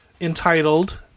entitled